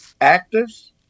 actors